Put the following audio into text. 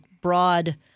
broad